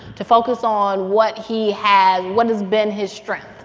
to focus on what he has, what has been his strength.